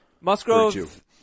Musgrove